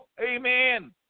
amen